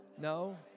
no